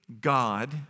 God